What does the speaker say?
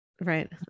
right